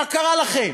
מה קרה לכם,